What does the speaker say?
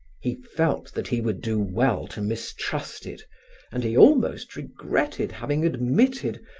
he felt that he would do well to mistrust it and he almost regretted having admitted,